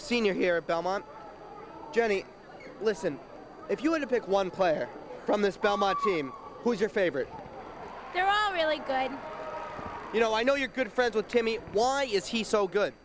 senior here belmont johnny listen if you were to pick one player from this belmont team who is your favorite there are really you know i know you're good friends with timmy why is he so good